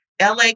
LA